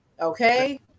Okay